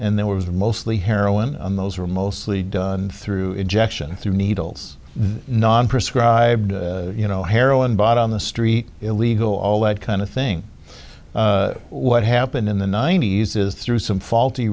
and they were mostly heroin those are mostly done through injection through needles non prescribed you know heroin bought on the street illegal all that kind of thing what happened in the ninety's is through some faulty